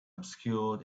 obscured